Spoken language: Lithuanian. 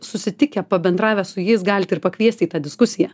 susitikę pabendravę su jais galit ir pakviesti į tą diskusiją